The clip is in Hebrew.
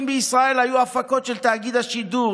בישראל היו חיפושי הפקות של תאגיד השידור.